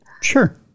Sure